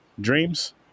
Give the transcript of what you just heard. Dreams